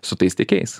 su tais tiekėjais